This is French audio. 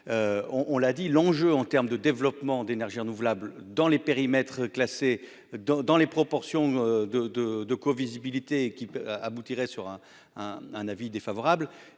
on l'a dit l'enjeu en terme de développement d'énergies renouvelables dans les périmètres classés dans dans les proportions de de de co-visibilité qui aboutirait sur un un avis défavorable,